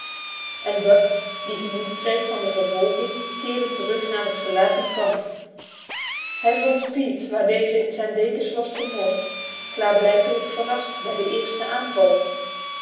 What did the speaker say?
en buck die genoeg kreeg van de vervolging keerde terug naar het verlaten kamp hij vond pete waar deze in dekens was vermoord klaarblijkelijk verrast bij de eerste aanval